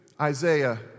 Isaiah